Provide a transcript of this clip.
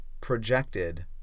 projected